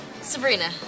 Sabrina